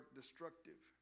destructive